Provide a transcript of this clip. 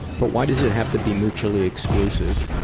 but why does it have to be mutually exclusive?